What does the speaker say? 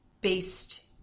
based